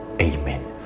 amen